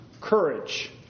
courage